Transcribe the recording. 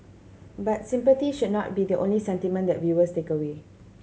but sympathy should not be the only sentiment that viewers take away